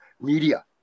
media